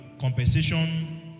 Compensation